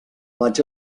vaig